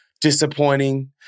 disappointing